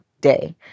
day